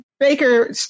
Baker